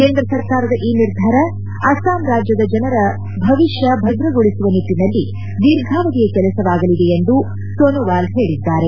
ಕೇಂದ್ರ ಸರ್ಕಾರದ ಈ ನಿರ್ಧಾರ ಅಸ್ಸಾಂ ರಾಜ್ಯದ ಜನರ ಭವಿಷ್ಯ ಭದ್ರಗೊಳಿಸುವ ನಿಟ್ಟಿನಲ್ಲಿ ದೀರ್ಘಾವಧಿಯ ಕೆಲಸವಾಗಲಿದೆ ಎಂದು ಸೋನೊವಾಲ್ ಹೇಳಿದ್ದಾರೆ